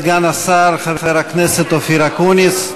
תודה רבה לסגן השר חבר הכנסת אופיר אקוניס.